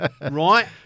Right